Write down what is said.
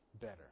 better